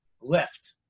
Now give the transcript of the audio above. left